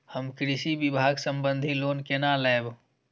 हम कृषि विभाग संबंधी लोन केना लैब?